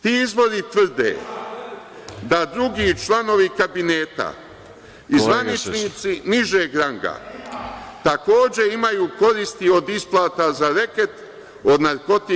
Ti izvori tvrde da drugi članovi kabineta i zvaničnici nižeg ranga, takođe imaju koristi od isplata za reket od narkotika.